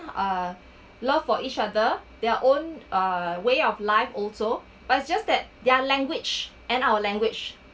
uh love for each other their own uh way of life also but it's just that their language and our language